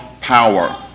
power